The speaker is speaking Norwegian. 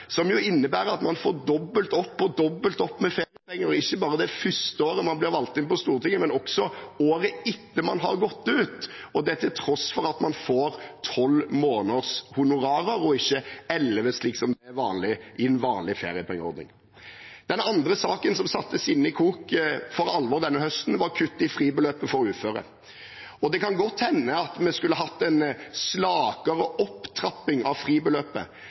som jo innebærer at man får dobbelt opp og dobbelt opp med feriepenger – ikke bare det første året man blir valgt inn på Stortinget, men også året etter at man har gått ut – og det til tross for at man får tolv måneders honorarer, og ikke elleve, slik som i en vanlig feriepengeordning. Den andre saken som for alvor satte sinnene i kok denne høsten, var kutt i fribeløpet for uføre. Det kan godt hende vi skulle hatt en slakere opptrapping av fribeløpet,